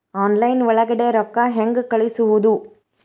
Online ಒಳಗಡೆ ರೊಕ್ಕ ಹೆಂಗ್ ಕಳುಹಿಸುವುದು?